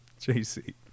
JC